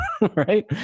right